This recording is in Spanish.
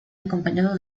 acompañado